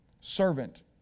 Servant